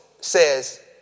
says